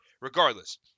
regardless